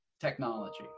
technology